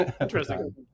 Interesting